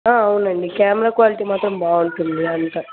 ఆ అవునండి camera quality మాత్రం బాగుంటుంది అంత